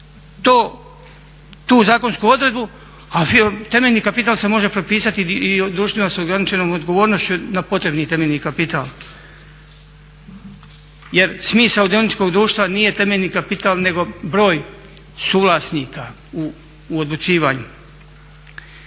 tu zakonsku odredbu a temeljni kapital se može prepisati i društvima s ograničenom odgovornošću na potrebni temeljni kapital. Jer smisao dioničkog društva nije temeljni kapital nego broj suvlasnika u odlučivanju.